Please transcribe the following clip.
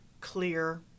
clear